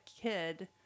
kid